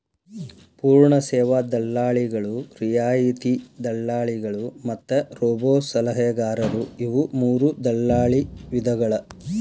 ಪೂರ್ಣ ಸೇವಾ ದಲ್ಲಾಳಿಗಳು, ರಿಯಾಯಿತಿ ದಲ್ಲಾಳಿಗಳು ಮತ್ತ ರೋಬೋಸಲಹೆಗಾರರು ಇವು ಮೂರೂ ದಲ್ಲಾಳಿ ವಿಧಗಳ